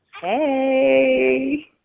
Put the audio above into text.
Hey